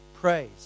Praise